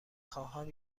خواهم